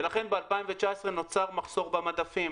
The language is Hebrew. ולכן ב-2019 נוצר מחסור במדפים,